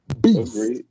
beast